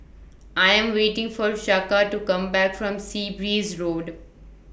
I Am waiting For Chaka to Come Back from Sea Breeze Road